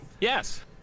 Yes